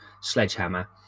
sledgehammer